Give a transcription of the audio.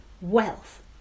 wealth